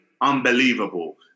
unbelievable